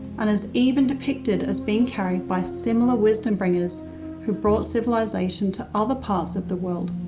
and is even depicted as being carried by similar wisdom bringers who brought civilization to other parts of the world.